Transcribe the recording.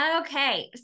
Okay